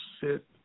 sit